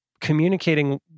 Communicating